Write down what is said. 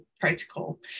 protocol